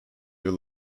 will